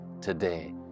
today